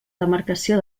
demarcació